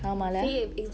ஆமால:aamale